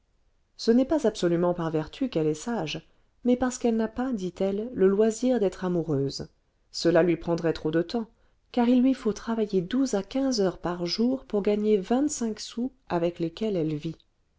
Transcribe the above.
ce n'est pas absolument par vertu qu'elle est sage mais parce qu'elle n'a pas dit-elle le loisir d'être amoureuse cela lui prendrait trop de temps car il lui faut travailler douze à quinze heures par jour pour gagner vingt-cinq sous avec lesquels elle vit